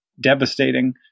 devastating